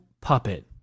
puppet